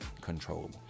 controllable